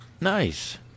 nice